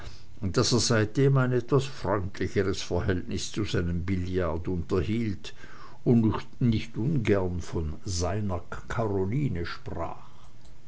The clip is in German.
daß er seitdem ein etwas freundlicheres verhältnis zu seinem billard unterhielt und nicht ungern von seiner karoline sprach